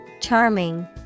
Charming